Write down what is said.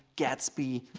gatsby,